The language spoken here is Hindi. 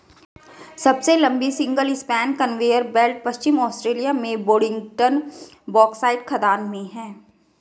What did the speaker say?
सबसे लंबी सिंगल स्पैन कन्वेयर बेल्ट पश्चिमी ऑस्ट्रेलिया में बोडिंगटन बॉक्साइट खदान में है